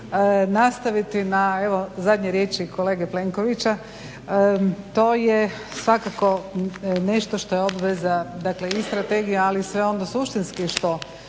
Hvala i vama.